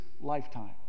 lifetime